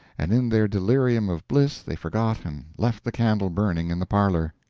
and in their delirium of bliss they forgot and left the candle burning in the parlor.